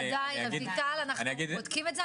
בוודאי, רויטל, אנחנו בודקים את זה.